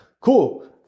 Cool